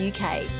UK